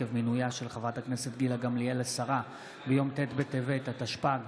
עקב מינויה של חברת הכנסת גילה גמליאל לשרה ביום ט' בטבת התשפ"ג,